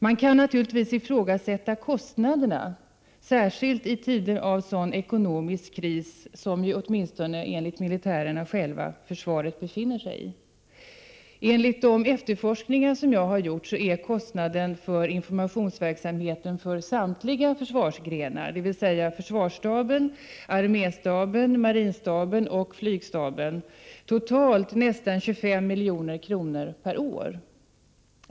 Man kan naturligtivs ifrågasätta kostnaderna, särskilt i tider av sådan ekonomisk kris som försvaret — åtminstone enligt militärerna själva — befinner sig i. Enligt de efterforskningar som jag har gjort är kostnaden för informationsverksamheten för samtliga försvarsgrenar, dvs. försvarsstaben, arméstaben, marinstaben och flygstaben, totalt nästan 25 milj.kr. per år.